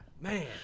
Man